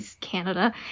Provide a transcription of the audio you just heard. Canada